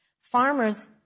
Farmers